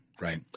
right